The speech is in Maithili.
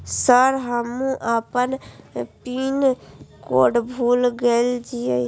सर हमू अपना पीन कोड भूल गेल जीये?